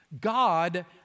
God